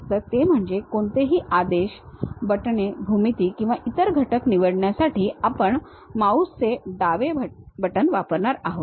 तर ते म्हणजे कोणतेही आदेश बटणे भूमिती किंवा इतर घटक निवडण्यासाठी आपण माउस चे डावे बटण वापरणार आहोत